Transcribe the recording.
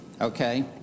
Okay